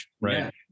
right